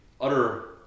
utter